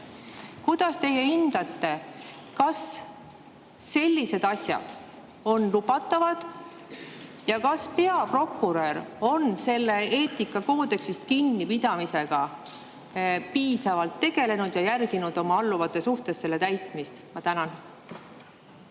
Kuidas teie hindate, kas sellised asjad on lubatavad ning kas peaprokurör on eetikakoodeksist kinnipidamisega piisavalt tegelenud ja jälginud oma alluvate seas selle täitmist? Ma tänan,